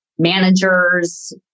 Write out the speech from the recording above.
Managers